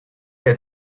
had